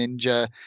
ninja